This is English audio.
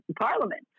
parliament